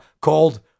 called